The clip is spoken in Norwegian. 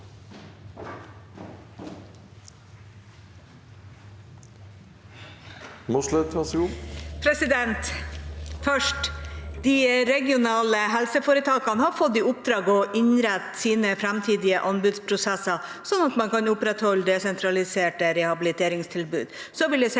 Først: De regionale helseforetakene har fått i oppdrag å innrette sine framtidige anbudsprosesser sånn at man kan opprettholde desentraliserte rehabiliteringstilbud.